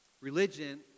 Religion